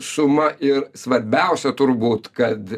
suma ir svarbiausia turbūt kad